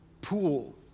pool